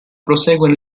prosegue